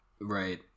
right